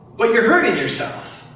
but you're hurting yourself.